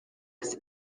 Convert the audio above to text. his